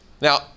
Now